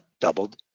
doubled